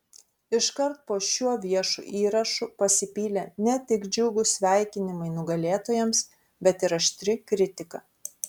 iškart po šiuo viešu įrašu pasipylė ne tik džiugūs sveikinimai nugalėtojams bet ir aštri kritika